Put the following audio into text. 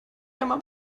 einmal